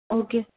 okay